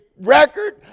record